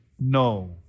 no